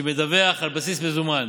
שמדווח על בסיס מזומן,